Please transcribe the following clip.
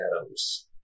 Adams